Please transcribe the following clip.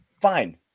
fine